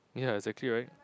ya exactly right